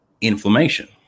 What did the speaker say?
inflammation